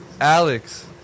Alex